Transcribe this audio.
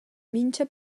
mintga